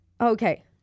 Okay